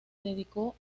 dedicó